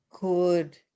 Good